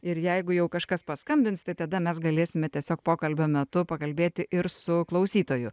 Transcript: ir jeigu jau kažkas paskambins tai tada mes galėsime tiesiog pokalbio metu pakalbėti ir su klausytoju